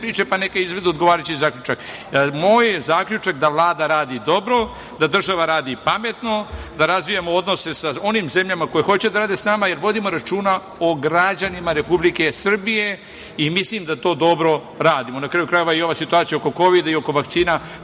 pa neka izvedu odgovarajući zaključak. Moj je zaključak da Vlada radi dobro, da država radi pametno, da razvijamo odnose sa onim zemljama koje hoće da rade sa nama, jer vodimo računa o građanima Republike Srbije. Mislim da to dobro radimo. Na kraju krajeva, i ova situacija oko Kovida i oko vakcina